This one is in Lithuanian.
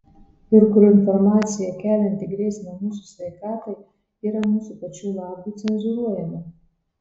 ir kur informacija kelianti grėsmę mūsų sveikatai yra mūsų pačių labui cenzūruojama